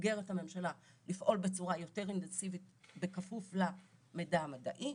ותאתגר את הממשלה לפעול בצורה יותר אינטנסיבית בכפוף למידע המדעי,